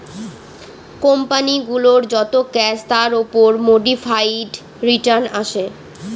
company গুলোর যত cash তার উপর মোডিফাইড রিটার্ন আসে